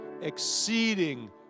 exceeding